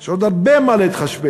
יש עוד הרבה מה להתחשבן,